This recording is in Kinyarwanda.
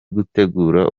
gutegura